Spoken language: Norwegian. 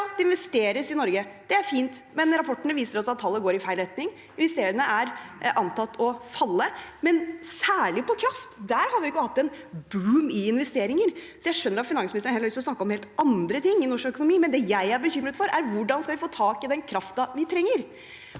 Det investeres i Norge. Det er fint, men rapportene viser oss at tallene går i feil retning. Investeringene antas å falle, og særlig på kraft, der har vi ikke hatt en boom i investeringer. Så jeg skjønner at finansministeren heller har lyst til å snakke om helt andre ting i norsk økonomi. Men det jeg er bekymret for, er: Hvordan skal vi få tak i den kraften vi trenger?